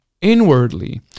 inwardly